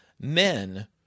men